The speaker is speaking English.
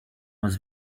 was